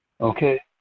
Okay